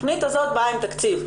התכנית הזאת באה עם תקציב.